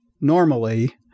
normally